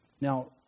Now